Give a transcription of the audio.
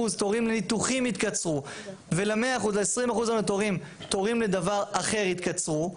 תורים לניתוחים יתקצרו ול-20% הנותרים תורים לדבר אחר יתקצרו,